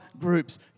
groups